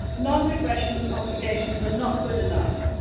non-regression obligations are not good enough.